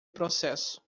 processo